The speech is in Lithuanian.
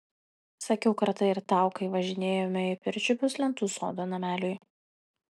sakiau kartą ir tau kai važinėjome į pirčiupius lentų sodo nameliui